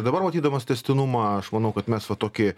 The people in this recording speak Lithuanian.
dabar matydamas tęstinumą aš manau kad mes va tokį